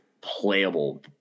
playable